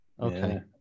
Okay